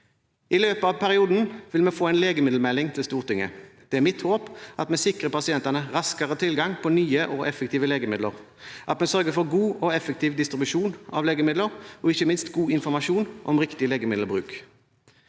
I løpet av perioden vil vi få en legemiddelmelding til Stortinget. Det er mitt håp at vi sikrer pasientene raskere tilgang på nye og effektive legemidler, og at vi sørger for god og effektiv distribusjon av legemidler og ikke minst god informasjon om riktig legemiddelbruk.